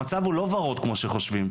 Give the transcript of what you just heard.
המצב הוא לא ורוד כמו שחושבים.